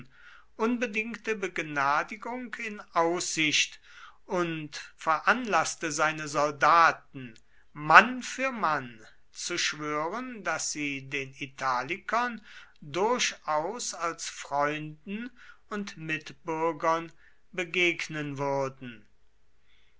unbedingte begnadigung in aussicht und veranlaßte seine soldaten mann für mann zu schwören daß sie den italikern durchaus als freunden und mitbürgern begegnen würden